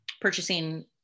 purchasing